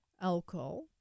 alcohol